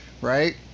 right